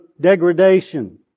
degradation